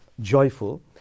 joyful